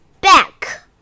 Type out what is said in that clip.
back